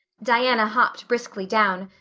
diana hopped briskly down,